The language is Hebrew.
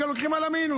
הם גם לוקחים על המינוס.